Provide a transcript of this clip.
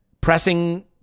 pressing